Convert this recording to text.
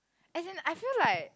as in I feel like